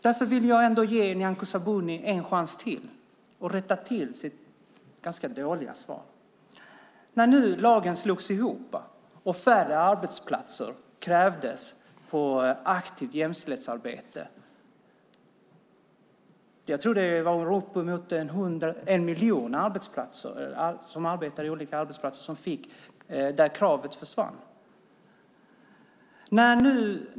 Därför vill jag ge Nyamko Sabuni en chans att rätta till sitt ganska dåliga svar. När lagen slogs ihop krävdes färre arbetsplatser på aktivt jämställdhetsarbete. Jag tror att uppemot en miljon personer jobbar på olika arbetsplatser där kravet försvunnit.